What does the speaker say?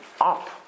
up